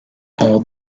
all